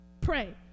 Pray